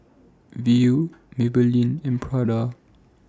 Viu Maybelline and Prada